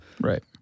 Right